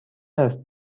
است